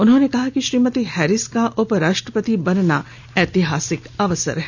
उन्होंने कहा कि श्रीमती हैरिस का उपराष्ट्रपति बनना ऐतिहासिक अवसर है